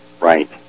right